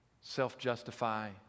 self-justify